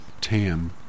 TAM